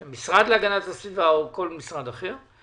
של המשרד להגנת הסביבה או כל משרד אחר,